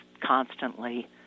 constantly